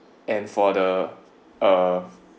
and for the uh